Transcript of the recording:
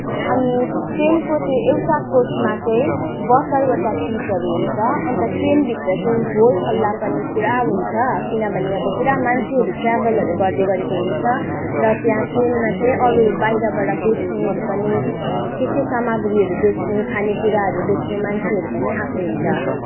अनि ट्रेनको त्यो एउटा कोचमा चाहिँ बहत्तरवटा सिटहरू हुन्छ अन्त ट्रेनभित्र चाहिँ हो हल्ला पनि पुरा हुन्छ किनभने अब पुरा मान्छेहरू ट्र्याभेलहरू गर्दैगरेको हुन्छ र त्यहाँ ट्रेनमा चाहिँ अरू बाहिरबाट बेच्नुहरू पनि के के सामग्रीहरू बेच्नु खानेकुराहरू बेच्नु मान्छेहरू पनि आएको हुन्छ